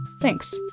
Thanks